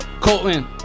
Colton